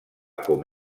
com